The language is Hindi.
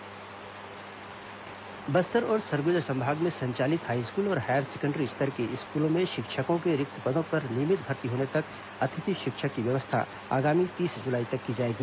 अतिथि शिक्षक बस्तर और सरगुजा संभाग में संचालित हाईस्कूल और हायर सेकेण्डरी स्तर के स्कूलों में शिक्षकों के रिक्त पदों पर नियमित भर्ती होने तक अतिथि शिक्षक की व्यवस्था आगामी तीस जुलाई तक की जाएगी